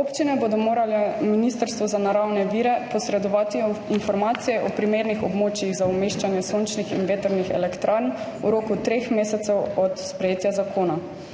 Občine bodo morale ministrstvu za naravne vire posredovati informacije o primernih območjih za umeščanje sončnih in vetrnih elektrarn v roku treh mesecev od sprejetja zakona,